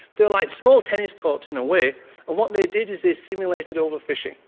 they were like small tennis courts in a way, and what they did is they simulated over fishing.